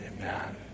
amen